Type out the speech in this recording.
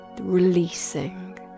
releasing